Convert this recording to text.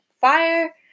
fire